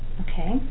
Okay